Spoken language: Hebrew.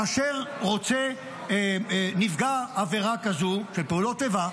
כאשר נפגע עבירה כזאת, של פעולות איבה,